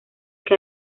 que